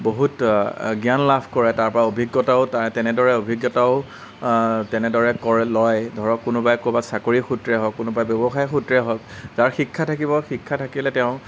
বহুত জ্ঞান লাভ কৰে তাৰপৰা অভিজ্ঞতাও তেনেদৰে অভিজ্ঞতাও তেনেদৰে কৰে লয় ধৰক কোনোবাই ক'ৰবাত চাকৰী সূত্ৰে হওক কোনোবাই ব্যৱসায় সূত্ৰে হওক যাৰ শিক্ষা থাকিব শিক্ষা থাকিলে তেওঁ